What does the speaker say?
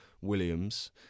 Williams